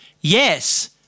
yes